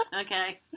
Okay